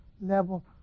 level